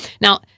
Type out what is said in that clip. Now